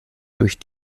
durch